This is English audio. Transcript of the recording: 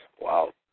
Wow